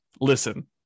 listen